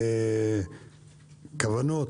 כוונות,